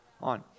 on